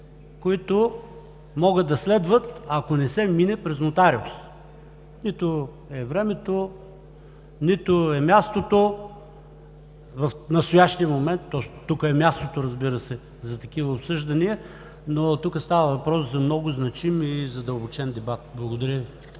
които могат да следват, ако не се мине през нотариус. Нито е времето, нито е мястото в настоящия момент. Точно тук е мястото, разбира се, за такива обсъждания, но става въпрос за много значим и задълбочен дебат. Благодаря Ви.